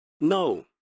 No